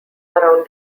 around